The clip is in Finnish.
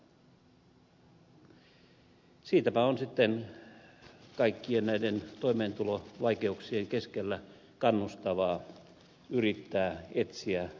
siitäpä on sitten kaikkien näiden toimeentulovaikeuksien keskellä kannustavaa yrittää etsiä työtä